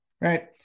right